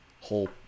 whole